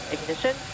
Ignition